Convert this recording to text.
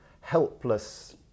helpless